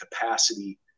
capacity